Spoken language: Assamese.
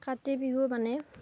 কাতি বিহু মানে